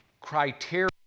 criteria